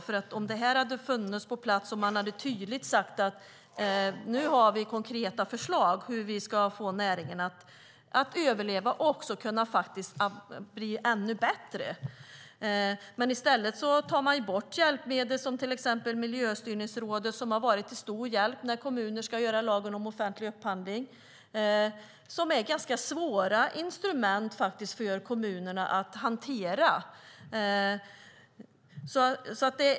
Tänk om det här hade funnits på plats och man hade lagt fram tydliga och konkreta förslag på hur vi ska få näringen att överleva och bli ännu bättre! I stället tar man bort hjälpmedel som Miljöstyrningsrådet, som har varit till stor hjälp för kommunerna i deras ganska svåra hantering av lagen om offentlig upphandling.